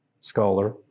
scholar